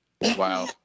Wow